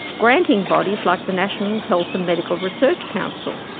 granting bodies like the national health and medical research council.